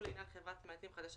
ולעניין עצמאי בעל עסק חדש,